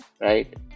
right